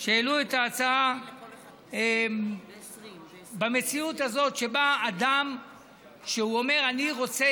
שהעלו את ההצעה שבמציאות הזאת שבה אדם אומר: אני רוצה